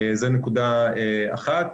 זו נקודה אחת.